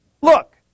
Look